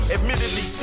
Admittedly